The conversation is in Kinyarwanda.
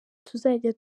tuzajya